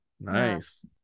nice